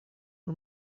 nun